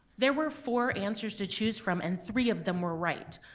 there were four answers to choose from and three of them were right.